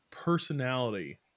personality